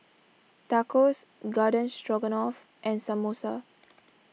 Tacos Garden Stroganoff and Samosa